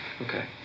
Okay